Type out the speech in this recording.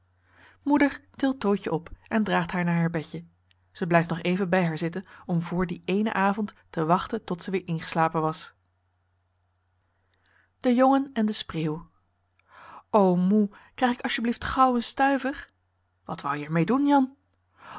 tilt tootje op en draagt haar naar haar bedje ze blijft nog even bij haar zitten om voor dien éénen avond te wachten tot ze weer ingeslapen was e jongen en de spreeuw moe krijg ik asjeblieft gauw een stuiver wat wou je er mee doen jan